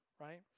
right